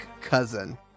cousin